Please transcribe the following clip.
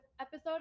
episode